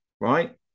right